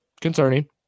Concerning